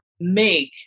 make